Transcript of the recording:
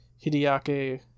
Hideaki